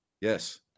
Yes